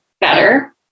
better